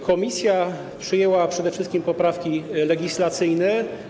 Komisja przyjęła przede wszystkim poprawki legislacyjne.